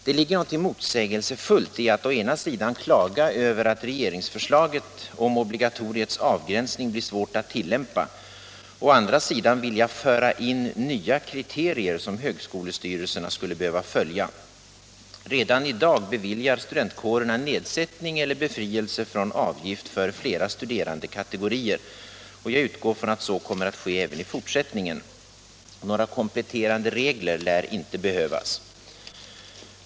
Det ligger någonting motsägelsefullt i att å ena sidan klaga över att regeringsförslaget om obligatoriets avgränsning blir svårt att tillämpa och å andra sidan vilja föra in nya kriterier som högskolestyrelserna skulle behöva följa. Redan i dag beviljar studentkårer nedsättning i eller befrielse från avgift för flera studerandekategorier, och jag utgår från att så kommer att ske även i fortsättningen. Några kompletterande regler lär inte behövas.